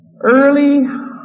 Early